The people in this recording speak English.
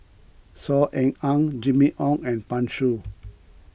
Saw Ean Ang Jimmy Ong and Pan Shou